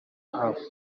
havuye